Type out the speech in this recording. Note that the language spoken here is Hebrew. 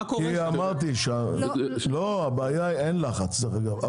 אין לחץ.